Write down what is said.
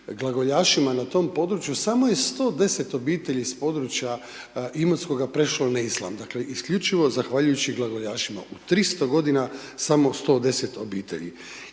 glagoljašima na tom području, samo je 110 obitelji s područja Imotskoga prešlo na islam, dakle, isključivo zahvaljujući glagoljašima. U 300 godina, samo 110 obitelji.